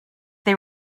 they